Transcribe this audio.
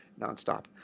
nonstop